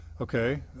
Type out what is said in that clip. okay